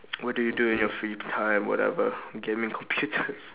what do you do in your free time whatever gaming computers